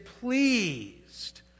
pleased